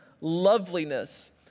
loveliness